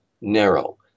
narrow